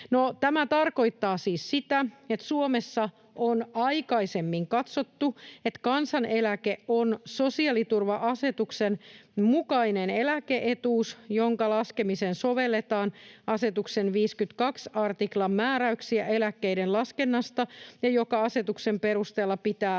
tämä tarkoittaa siis sitä, että Suomessa on aikaisemmin katsottu, että kansaneläke on sosiaaliturva-asetuksen mukainen eläke-etuus, jonka laskemiseen sovelletaan asetuksen 52 artiklan määräyksiä eläkkeiden laskennasta ja joka asetuksen perusteella pitää